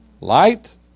Light